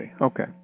Okay